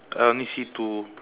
I only see two